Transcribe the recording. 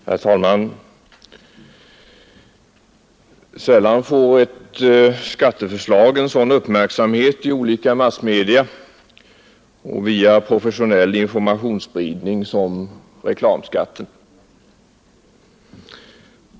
Herr talman! Sällan får ett skatteförslag en sådan uppmärksamhet i olika massmedia och via professionell informationsspridning som reklamskatten.